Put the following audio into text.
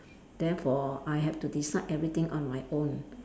therefore I have to decide everything on my own